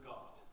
God